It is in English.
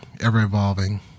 ever-evolving